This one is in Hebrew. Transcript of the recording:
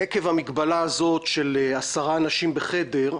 עקב המגבלה הזאת של עשרה אנשים בחדר,